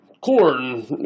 corn